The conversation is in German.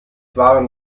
waren